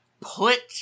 put